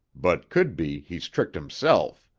but could be he's tricked himself.